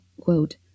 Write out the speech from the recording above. Quote